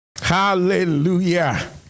Hallelujah